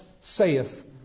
saith